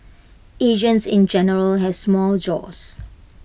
Asians in general has small jaws